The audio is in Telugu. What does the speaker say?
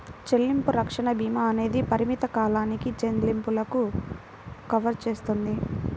చెల్లింపు రక్షణ భీమా అనేది పరిమిత కాలానికి చెల్లింపులను కవర్ చేస్తుంది